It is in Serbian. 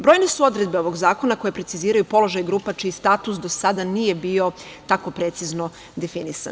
Brojne su odredbe ovog zakona koje preciziraju položaj grupa, čiji status do sada nije bio tako precizno definisan.